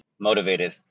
Motivated